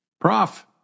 Prof